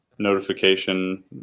notification